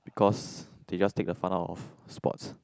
because they just take the fun out of sport